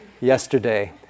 yesterday